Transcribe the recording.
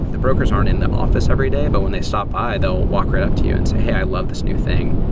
the brokers aren't in the office every day. but when they stop by, they'll walk right up to you and say, hey, i love this new thing.